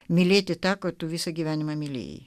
mylėti tą ko tu visą gyvenimą mylėjai